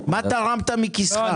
מה תרמת מכיסך?